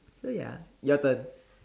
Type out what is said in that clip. so ya your turn